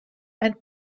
and